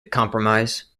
compromise